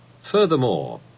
Furthermore